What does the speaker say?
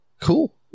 Cool